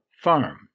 farm